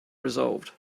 resolved